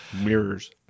Mirrors